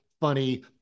funny